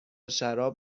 شراب